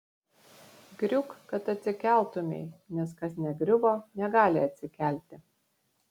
griūk kad atsikeltumei nes kas negriuvo negali atsikelti